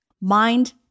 mind